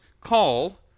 call